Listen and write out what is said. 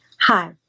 Hi